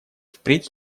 впредь